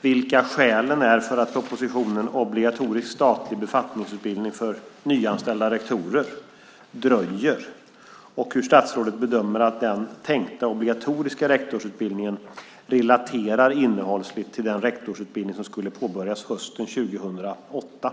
vilka skälen är för att propositionen Obligatorisk statlig befattningsutbildning för nyanställda rektorer dröjer och hur statsrådet bedömer att den tänkta obligatoriska rektorsutbildningen relaterar innehållsligt till den rektorsutbildning som skulle ha påbörjats hösten 2008.